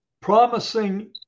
promising